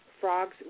Frogs